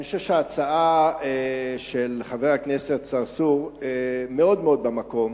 אני חושב שההצעה של חבר הכנסת צרצור מאוד במקום.